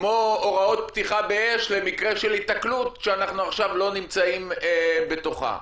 כמו הוראות פתיחה באש למקרה של היתקלות כשאנחנו עכשיו לא נמצאים בתוכה.